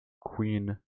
queen